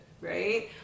right